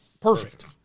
Perfect